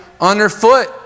underfoot